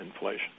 inflation